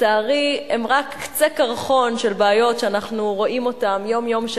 לצערי הם רק קצה הקרחון של בעיות שאנחנו רואים אותן יום-יום,